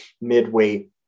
mid-weight